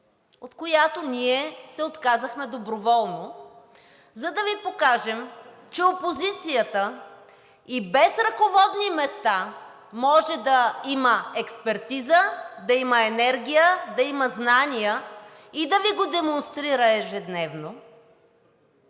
от която ние се отказахме доброволно, за да Ви покажем, че опозицията и без ръководни места може да има експертиза, да има енергия, да има знания и да Ви го демонстрира ежедневно,